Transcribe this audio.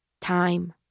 time